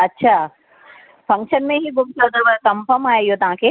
अच्छा फंक्शन में ई गुम थियो अथव कंफॉर्म आहे इहो तव्हांखे